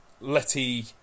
Letty